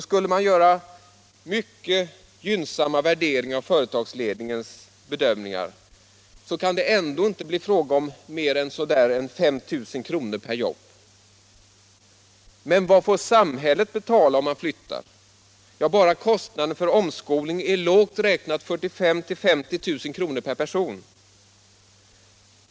Skulle man göra mycket gynnsamma värderingar av företagsledningens bedömningar, så kan det ändå inte blir fråga om mer än så där 5 000 kr. per jobb. Men vad får samhället betala om man flyttar? Ja, bara kostnaden för omskolning är lågt räknat 45 000-50 000 kr. per person.